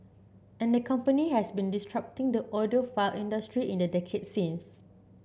and the company has been disrupting the audiophile industry in the decade since